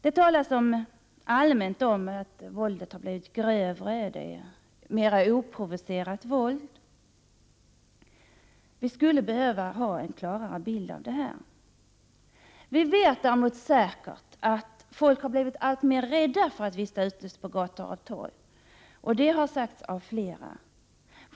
Det talas allmänt om att våldet har blivit grövre, att det är fråga om mer oprovocerat våld. Vi skulle behöva ha en klarare bild av detta. Vi vet däremot säkert att folk har blivit alltmer rädda för att vistas ute på gator och torg. Det har omvittnats av flera.